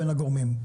בין הגורמים.